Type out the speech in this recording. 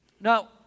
Now